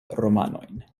romanojn